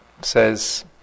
says